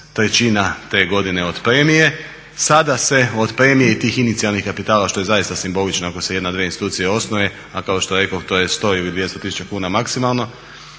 trećina te godine od premije. Sada se od premije i tih inicijalnih kapitala što je zaista simbolično ako se jedna, dvije institucije osnuje a kao što rekoh to je 100 ili 200 tisuća kuna maksimalno.